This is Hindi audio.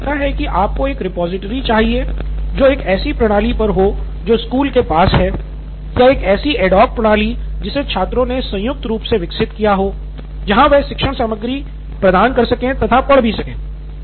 तो मुझे लगता है कि आपको एक रिपॉजिटरी चाहिए जो एक ऐसी प्रणाली पर हो जो स्कूल के पास है या एक ऐसी एडहॉक प्रणाली है जिसे छात्रों ने संयुक्त रूप से विकसित किया हो जहां वह शिक्षण सामग्री प्रदान कर सके तथा पढ़ भी सकें